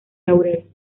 laurel